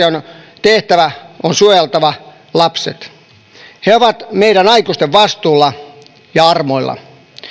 on tehtävä on suojella lapsia he ovat meidän aikuisten vastuulla ja armoilla